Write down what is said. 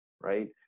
right